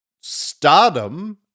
stardom